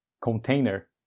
container